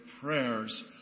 prayers